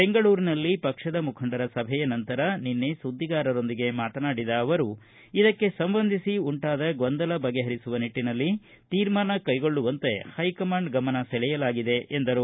ಬೆಂಗಳೂರಿನಲ್ಲಿ ಪಕ್ಷದ ಮುಖಂಡರ ಸಭೆಯ ನಂತರ ಸುದ್ದಿಗಾರರೊಂದಿಗೆ ಮಾತನಾಡಿದ ಅವರು ಇದಕ್ಕೆ ಸಂಬಂಧಿಸಿ ಉಂಟಾದ ಗೊಂದಲ ಬಗೆಹರಿಸುವ ನಿಟ್ಟನಲ್ಲಿ ತೀರ್ಮಾನ ಕೈಗೊಳ್ಳುವಂತೆ ಹೈಕಮಾಂಡ್ ಗಮನ ಸೆಳೆಯಲಾಗಿದೆ ಎಂದರು